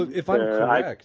if i'm correct,